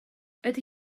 ydy